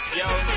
yo